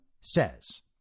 says